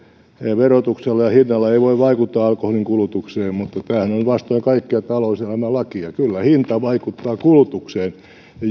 verotuksella ja hinnalla ei voi vaikuttaa alkoholin kulutukseen mutta tämähän on vastoin kaikkea talouselämän lakeja kyllä hinta vaikuttaa kulutukseen